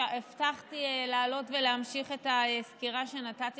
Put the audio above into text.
הבטחתי לעלות ולהמשיך את הסקירה שנתתי